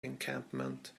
encampment